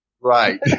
Right